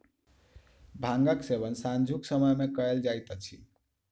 भांगक सेवन सांझुक समय मे कयल जाइत अछि